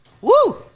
Woo